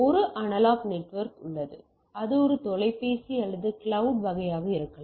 ஒரு analogue network உள்ளது இது ஒரு தொலைபேசி அல்லது கிளவுட் வகையாக இருக்கலாம்